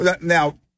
Now